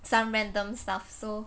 some random stuff so